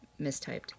mistyped